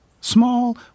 small